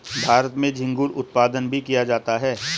भारत में झींगुर उत्पादन भी किया जाता है